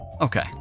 Okay